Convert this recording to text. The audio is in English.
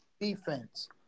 defense